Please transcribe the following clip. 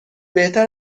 بهتر